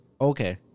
Okay